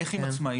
איך עם עצמאיים?